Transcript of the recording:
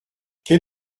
quel